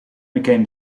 became